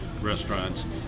restaurants